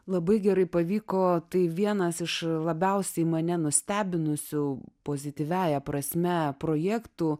labai gerai pavyko tai vienas iš labiausiai mane nustebinusių pozityviąja prasme projektų